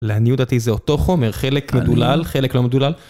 לעניות דעתי זה אותו חומר, חלק מדולל, חלק לא מדולל